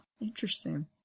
interesting